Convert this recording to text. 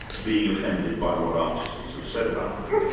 being offended by what artists have said about them,